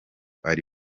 ari